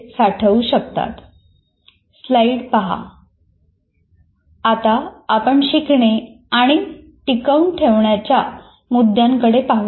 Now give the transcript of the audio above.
आता आपण शिकणे आणि टिकवून ठेवण्याच्या मुद्द्यांकडे पाहू या